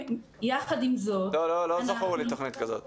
יחד עם זאת --- לא זכור לי תוכנית כזאת,